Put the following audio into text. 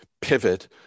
pivot